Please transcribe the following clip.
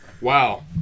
Wow